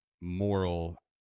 moral